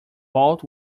vault